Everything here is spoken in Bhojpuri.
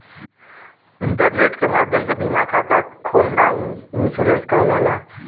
इंटरनेट के माध्यम से बीमा खाता खोलना ई इन्शुरन्स कहलाला